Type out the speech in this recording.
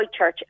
Whitechurch